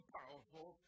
powerful